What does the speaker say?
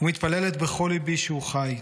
ומתפללת בכל ליבי שהוא חי,